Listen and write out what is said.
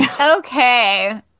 Okay